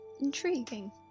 Intriguing